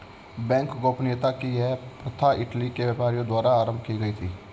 bank गोपनीयता की यह प्रथा इटली के व्यापारियों द्वारा आरम्भ की गयी थी